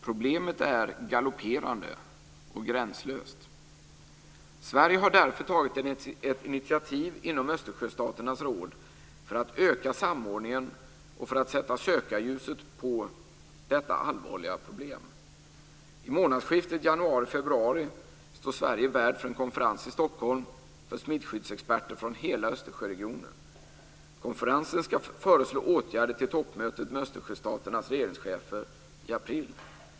Problemet är galopperande och gränslöst. Sverige har därför tagit ett initiativ inom Östersjöstaternas råd för att öka samordningen och för att sätta sökarljuset på detta allvarliga problem. I månadsskiftet januari/februari står Sverige värd för en konferens i Stockholm för smittskyddsexperter från hela Östersjöregionen. Konferensen ska föreslå åtgärder till toppmötet med Östersjöstaternas regeringschefer i april.